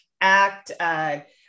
act